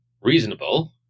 reasonable